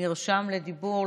נרשם לדיבור,